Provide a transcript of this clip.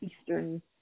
Eastern